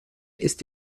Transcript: ist